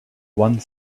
one